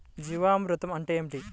జీవామృతం అంటే ఏమిటి?